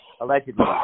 Allegedly